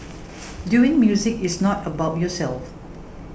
doing music is not about yourself